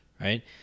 right